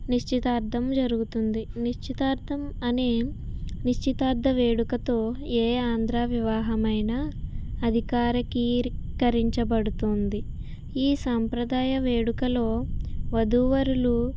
నిశ్చితార్థం జరుగుతుంది నిశ్చితార్థం అనే నిశ్చితార్థ వేడుకతో ఏ ఆంధ్రా వివాహమైన అధికారకీరికించబడుతుంది ఈ సాంప్రదాయ వేడుకలో వధూవరులు